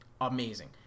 amazing